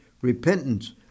repentance